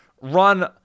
run